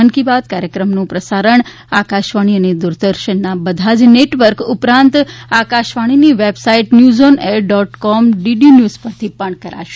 મન કી બાત કાર્યક્રમનું પ્રસારણ આકાશવાણી અને દુરદર્શનના બધા જ નેટવર્ક ઉપરાંત આકાશવાણીની website news on air dot com DD news પરથી પણ કરાશે